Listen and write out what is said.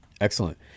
Excellent